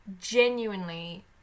genuinely